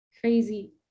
Crazy